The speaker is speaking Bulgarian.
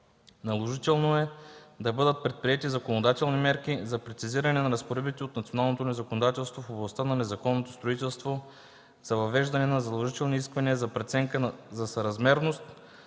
Наложително е да бъдат предприети законодателни мерки за прецизиране на разпоредбите от националното ни законодателство в областта на незаконното строителство за въвеждане на задължителни изисквания за преценка за съразмерност,